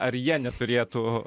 ar jie neturėtų